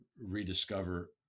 rediscover